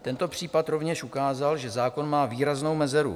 Tento případ rovněž ukázal, že zákon má výraznou mezeru.